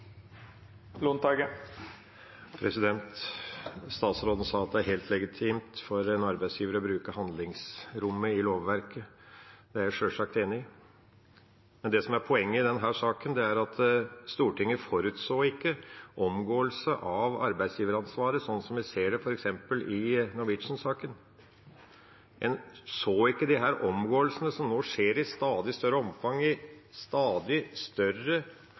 Statsråden sa at det er helt legitimt for en arbeidsgiver å bruke handlingsrommet i lovverket. Det er jeg sjølsagt enig i. Men det som er poenget i denne saken, er at Stortinget ikke forutså omgåelse av arbeidsgiveransvaret, sånn som vi ser det f.eks. i Norwegian-saken. En så ikke disse omgåelsene som nå skjer i stadig større omfang i stadig større